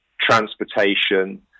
transportation